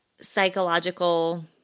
psychological